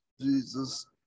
Jesus